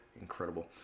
incredible